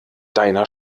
deiner